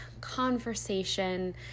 conversation